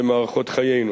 במערכות חיינו.